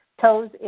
toes